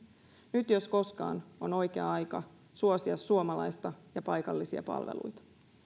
nyt jos koskaan on oikea aika suosia suomalaista ja paikallisia palveluita